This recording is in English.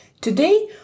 today